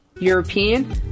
European